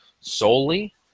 solely